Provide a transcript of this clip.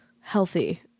healthy